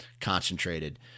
concentrated